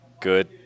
good